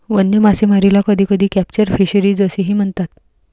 वन्य मासेमारीला कधीकधी कॅप्चर फिशरीज असेही म्हणतात